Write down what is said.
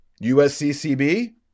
USCCB